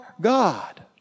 God